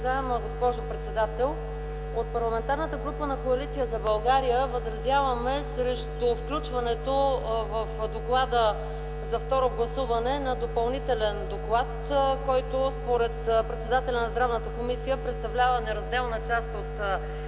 уважаема госпожо председател! От Парламентарната група на Коалиция за България възразяваме срещу включването в доклада за второ гласуване на допълнителен доклад, който според председателя на Здравната комисия представлява неразделна част от